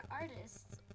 artists